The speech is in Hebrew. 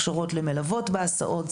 הכשרות למלוות בהסעות,